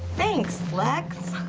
thanks, lex.